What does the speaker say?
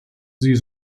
sie